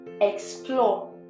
explore